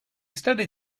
studied